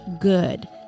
good